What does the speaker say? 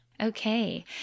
Okay